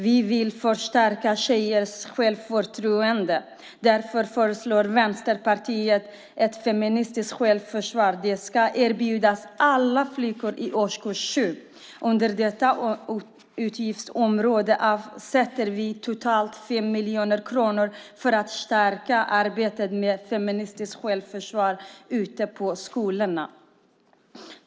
Vi vill stärka tjejers självförtroende, och därför föreslår Vänsterpartiet att feministiskt självförsvar ska erbjudas alla flickor från årskurs 7. Under detta utgiftsområde avsätter vi totalt 5 miljoner kronor för att stärka arbetet med feministiskt självförsvar ute på skolorna.